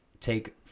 take